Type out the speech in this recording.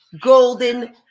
golden